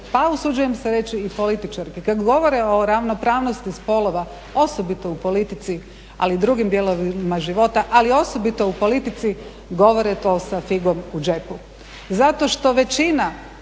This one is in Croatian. pa usuđujem se reći i političarki, kad govore o ravnopravnosti spolova, osobito u politici ali i drugim dijelovima života, ali osobito u politici govore to sa figom u džepu.